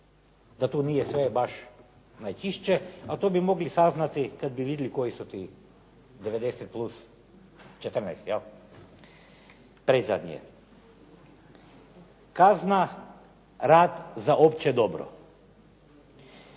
da tu nije sve baš najčišće, ali to bi mogli saznati kada bi vidjeli koji su ti 90 plus 14 'jel. Predzadnje. Kazna rad za opće dobro.